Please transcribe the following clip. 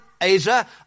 Asia